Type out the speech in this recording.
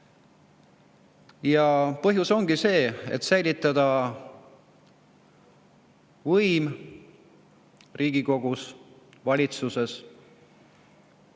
Ja põhjus ongi see, et säilitada võim Riigikogus, valitsuses ja